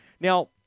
Now